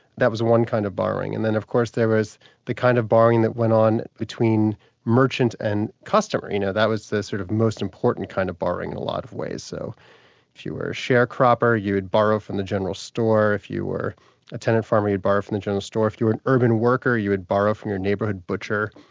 that was one kind of borrowing. and then of course there was the kind of borrowing that went on between merchant and customer, you know, that was the sort of most important kind of borrowing in a lot of ways. so if you were a sharecropper, you would borrow from the general store, if you were a tenant farmer you'd borrow from the general store, if you were an urban worker you would borrow from your neighbourhood butcher,